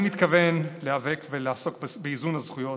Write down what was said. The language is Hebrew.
אני מתכוון להיאבק ולעסוק באיזון הזכויות,